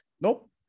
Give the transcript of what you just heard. nope